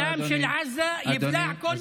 הים של עזה יבלע, אדוני, הזמן עבר.